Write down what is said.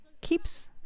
keeps